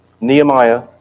Nehemiah